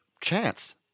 Chance